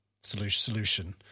solution